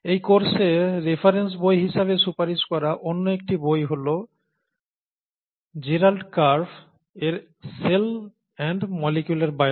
এই কোর্সের রেফারেন্স বই হিসাবে সুপারিশ করা অন্য একটি বই হল Gerald Karp এর "Cell and Molecular Biology"